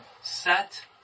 set